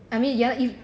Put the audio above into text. I mean ya if